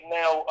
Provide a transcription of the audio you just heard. now